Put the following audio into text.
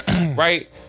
Right